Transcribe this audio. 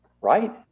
right